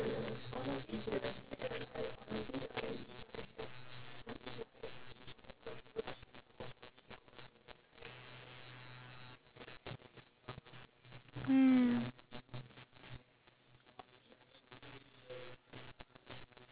mm